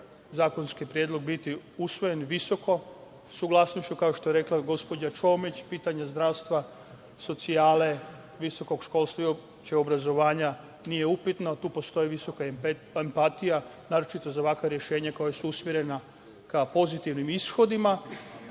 zakonski predlog biti usvojen visoko sa saglasnošću kao što je rekla gospođa Čomić, pitanje zdravstva, socijale, visokog školstva i opšteg obrazovanja nije upitno, tu postoji visoka enpatija, naročito za ovakva rešenja koja su usmerena ka pozitivnim ishodima,